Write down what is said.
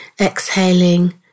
Exhaling